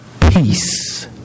peace